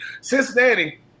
Cincinnati